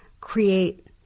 create